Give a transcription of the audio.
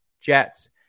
Jets